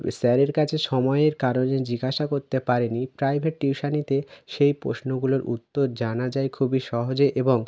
স্যারের কাছে সময়ের কারণে জিজ্ঞাসা করতে পারেনি প্রাইভেট টিউশনিতে সেই প্রশ্নগুলোর উত্তর জানা যায় খুবই সহজে এবং